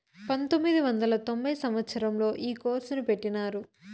పంతొమ్మిది వందల తొంభై సంవచ్చరంలో ఈ కోర్సును పెట్టినారు